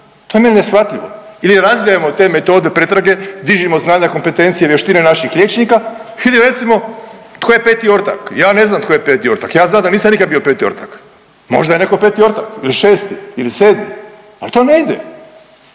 to je meni neshvatljivo ili razvijajmo te metode pretrage, dižimo znanja kompetencije i vještine naših liječnika ili recimo tko je 5. ortak? Ja ne znam tko je 5. ortak, ja znam da nisam nikad bio 5. ortak, možda je neko 5. ortak ili 6. ili 7., al to ne ide,